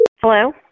Hello